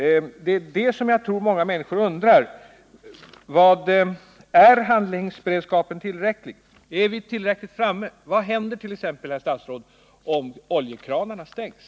Många människor undrar om handlingsberedskapen är tillräcklig. Ligger vi tillräckligt långt framme? Vad händer t.ex., herr statsråd, om oljekranarna stängs?